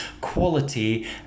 quality